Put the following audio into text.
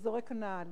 לזורק הנעל.